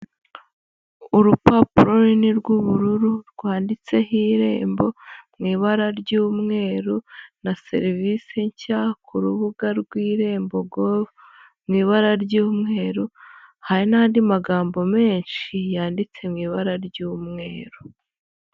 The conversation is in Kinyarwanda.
Urupapuro runini rw'ubururu rwanditseho irembo mu ibara ry'umweru, na serivisi nshya ku rubuga rw'irembo govu mu ibara ry'umweru. Hari n'andi magambo menshi yanditse mu ibara ry'umweru.